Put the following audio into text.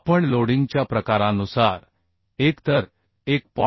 आपण लोडिंगच्या प्रकारानुसार एकतर 1